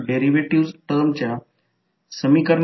ddt ला j ने बदलून या समीकरणात समान गोष्ट मिळेल